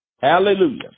Hallelujah